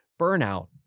burnout